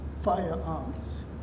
firearms